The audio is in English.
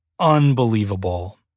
Unbelievable